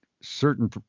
certain